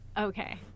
okay